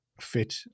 fit